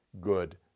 good